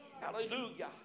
Hallelujah